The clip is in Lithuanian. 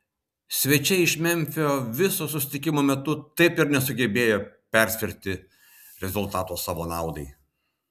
svečiai iš memfio viso susitikimo metu taip ir nesugebėjo persverti rezultato savo naudai